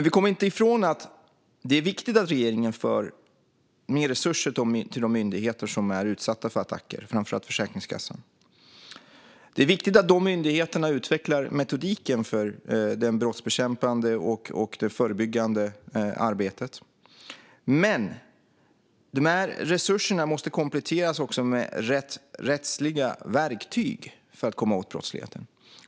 Vi kommer inte ifrån att det är viktigt att regeringen tillför mer resurser till de myndigheter som är utsatta för attacker, framför allt Försäkringskassan. Det är viktigt att de myndigheterna utvecklar metodiken för det brottsbekämpande och förebyggande arbetet. Men de resurserna måste kompletteras med rätt rättsliga verktyg för att komma åt brottsligheten.